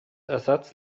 ersatz